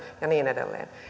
ja niin edelleen